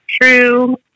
true